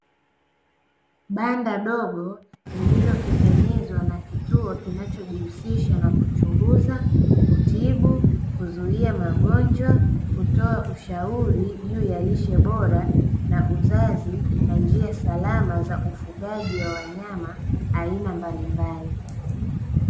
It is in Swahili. Banda dogo lililotengenezwa na kituo kinachojihusisha na kuchunguza, kutibu, kuzuia magonjwa, kutoa ushauri juu ya lishe bora, na uzazi, na njia salama za ufugaji wa wanyama aina mbalimbali.